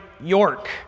York